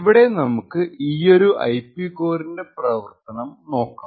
ഇവിടെ നമുക്ക് ഈയൊരു ഐപി കോറിന്റെ പ്രവർത്തനം നോക്കാം